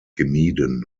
gemieden